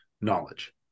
knowledge